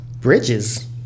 Bridges